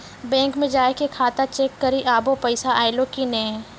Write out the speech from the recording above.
bank मे जाय के खाता चेक करी आभो पैसा अयलौं कि नै